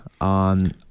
on